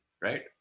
Right